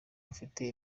bafite